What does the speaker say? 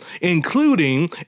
including